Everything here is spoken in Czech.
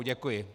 Děkuji.